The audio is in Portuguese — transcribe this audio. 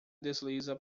desliza